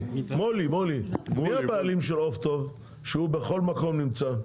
מי הבעלים של עוף טוב, שהוא בכל מקום נמצא?